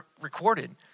recorded